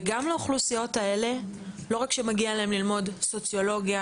וגם לאוכלוסיות אלו שמגיע ללמוד סוציולוגיה